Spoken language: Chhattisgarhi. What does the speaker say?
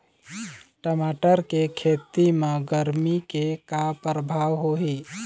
टमाटर के खेती म गरमी के का परभाव होही?